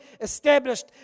established